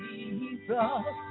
Jesus